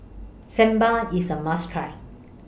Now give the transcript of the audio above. Sambar IS A must Try